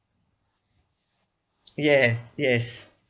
yes yes